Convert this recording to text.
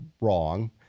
wrong